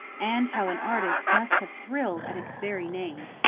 and how an artist must have thrilled at its very name!